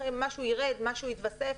יכול להיות שמשהו ירד או משהו יתווסף.